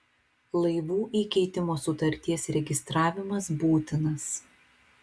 laivų įkeitimo sutarties registravimas būtinas